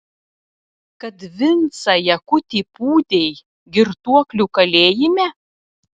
kad vincą jakutį pūdei girtuoklių kalėjime